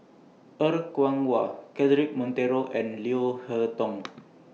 Er Kwong Wah Cedric Monteiro and Leo Hee Tong